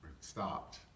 stopped